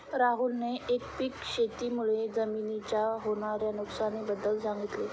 राहुलने एकपीक शेती मुळे जमिनीच्या होणार्या नुकसानी बद्दल सांगितले